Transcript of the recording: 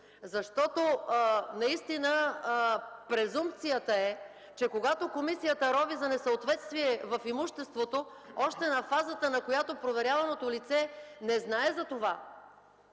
Наистина презумпцията е, че когато комисията рови за несъответствие в имуществото, още на фазата, на която проверяваното лице не знае за това